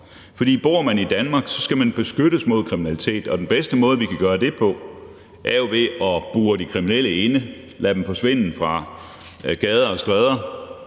for bor man i Danmark, skal man beskyttes mod kriminalitet, og den bedste måde, vi kan gøre det på, er jo ved at bure de kriminelle inde og lade dem forsvinde fra gader og stræder